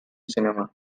cinema